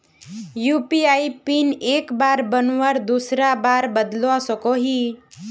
UPI PIN एक बार बनवार बाद दूसरा बार बदलवा सकोहो ही?